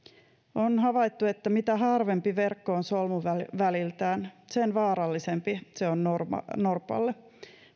on havaittu että mitä harvempi verkko on solmuväliltään sen vaarallisempi se on norpalle